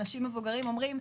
אנשים מבוגרים אומרים,